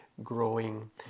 growing